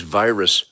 virus